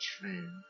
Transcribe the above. true